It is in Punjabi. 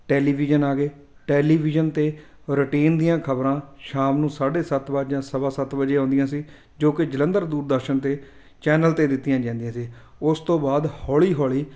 ਟੈਲੀਵਿਜ਼ਨ ਆ ਗਏ ਟੈਲੀਵਿਜ਼ਨ 'ਤੇ ਰੂਟੀਨ ਦੀਆਂ ਖਬਰਾਂ ਸ਼ਾਮ ਨੂੰ ਸਾਢੇ ਸੱਤ ਵਜੇ ਜਾਂ ਸਵਾ ਸੱਤ ਵਜੇ ਆਉਂਦੀਆਂ ਸੀ ਜੋ ਕਿ ਜਲੰਧਰ ਦੂਰਦਰਸ਼ਨ 'ਤੇ ਚੈਨਲ 'ਤੇ ਦਿੱਤੀਆਂ ਜਾਂਦੀਆਂ ਸੀ ਉਸ ਤੋਂ ਬਾਅਦ ਹੌਲੀ ਹੌਲੀ